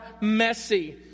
messy